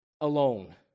alone